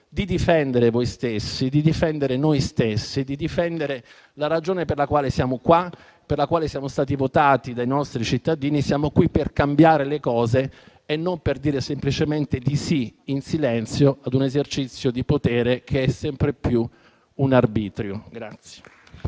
di difendere voi stessi, di difendere noi stessi, di difendere la ragione per la quale siamo qui e per la quale siamo stati votati dai nostri cittadini. Siamo qui per cambiare le cose e non per dire semplicemente di sì, in silenzio, ad un esercizio di potere che è sempre più un arbitrio.